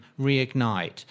reignite